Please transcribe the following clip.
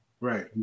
Right